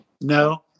No